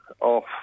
off